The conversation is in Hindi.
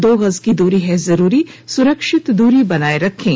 दो गज की दूरी है जरूरी सुरक्षित दूरी बनाए रखें